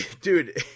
Dude